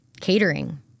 Catering